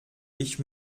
ich